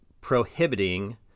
prohibiting